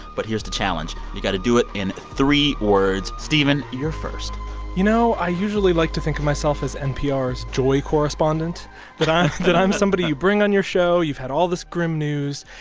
but here's the challenge. you've got to do it in three words. stephen, you're first you know, i usually like to think of myself as npr's joy correspondent that i'm that i'm somebody you bring on your show. you've had all this grim news,